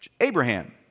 Abraham